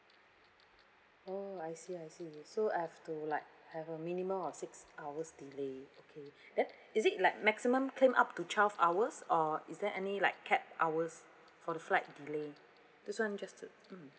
oh I see I see so I have to like have a minimum of six hours delay okay then is it like maximum claim up to twelve hours or is there any like cap hours for the flight delay this [one] just to mm